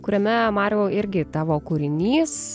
kuriame mariau irgi tavo kūrinys